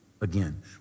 again